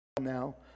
now